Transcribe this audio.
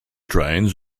trains